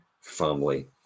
family